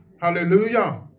Hallelujah